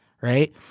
right